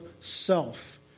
self